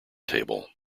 table